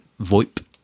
VoIP